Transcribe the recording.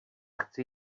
chci